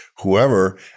whoever